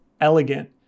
elegant